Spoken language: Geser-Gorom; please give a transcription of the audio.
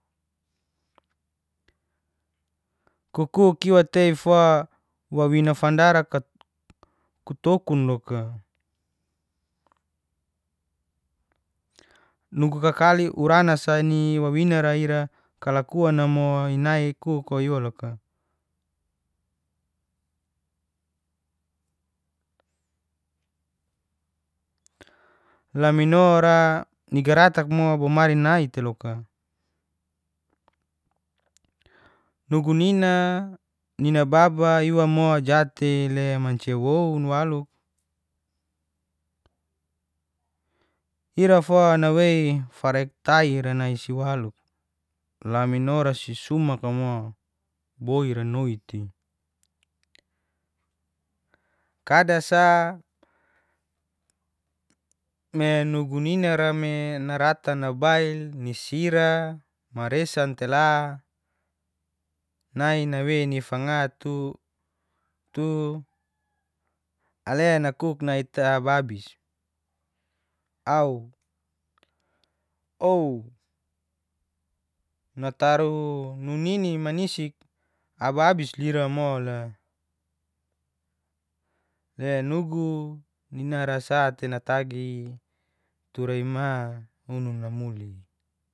Kuku iwa tei fo wawina fandara kutokun loka nugu kakali urana sa ni wawinara ira kalakua'na mo inai kuka iwa loka. Laminora ni gartak mo bomari nai niteloka, nugu nina, nina baba iwa iw mo jat'tei mo le mancia woun waluk, ira mo nawei farek tai nai siwaluk. Laminora si suma'ka mo, boirs noi'ti. Kada sa me nugu nina ra me naratan nabail'isi ira, maresan tela nai nawe ni fangatu ale nkuk nai ita ababis ouw natru nununi manisik ababis lira mole le nugu ninara sa'te natagi tura ima unu namuli.